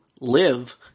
live